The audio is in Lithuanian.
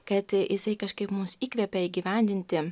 kad jisai kažkaip mus įkvepia įgyvendinti